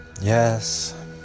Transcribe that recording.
Yes